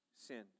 sin